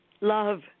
love